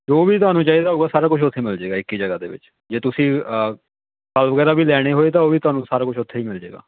ਜੋ ਵੀ ਤੁਹਾਨੂੰ ਚਾਹੀਦਾ ਹੋਊਗਾ ਸਾਰਾ ਕੁਝ ਉੱਥੇ ਮਿਲ ਜਾਏਗਾ ਇੱਕ ਜਗ੍ਹਾ ਦੇ ਵਿੱਚ ਜੇ ਤੁਸੀਂ ਸਾਗ ਵਗੈਰਾ ਲੈਣੇ ਹੋਏ ਤਾਂ ਉਹ ਵੀ ਤੁਹਾਨੂੰ ਸਾਰਾ ਕੁਝ ਉੱਥੇ ਹੀ ਮਿਲ ਜਾਏਗਾ